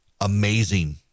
Amazing